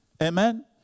Amen